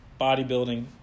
bodybuilding